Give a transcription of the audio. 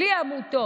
בלי עמותות,